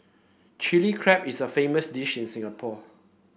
Chilli Crab is a famous dish in Singapore